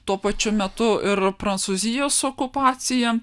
tuo pačiu metu ir prancūzijos okupacija